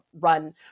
run